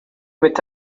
with